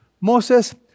Moses